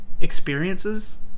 experiences